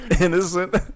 innocent